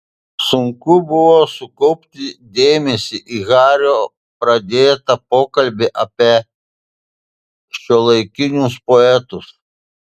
sunku buvo sukaupti dėmesį į hario pradėtą pokalbį apie šiuolaikinius poetus